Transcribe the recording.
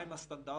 מהם הסטנדרטים,